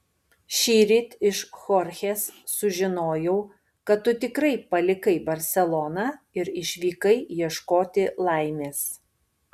šįryt iš chorchės sužinojau kad tu tikrai palikai barseloną ir išvykai ieškoti laimės